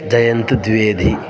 जयन्तद्विवेदी